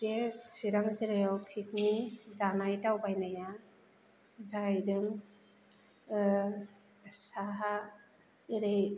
बे चिरां जिल्लायाव पिकनि जानाय दावबायनाया जाहैदों साहा ओरै